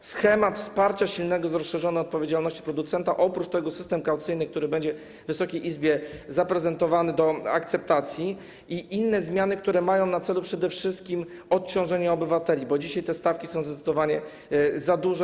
To schemat silnego wsparcia w zakresie rozszerzonej odpowiedzialności producenta, oprócz tego system kaucyjny, który będzie Wysokiej Izbie zaprezentowany do akceptacji, i inne zmiany, które mają na celu przede wszystkim odciążenie obywateli, bo dzisiaj te stawki są zdecydowanie za duże.